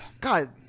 god